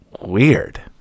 Weird